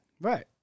Right